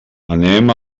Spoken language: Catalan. anem